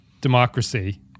democracy